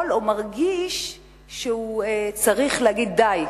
יכול או מרגיש שהוא צריך להגיד: די,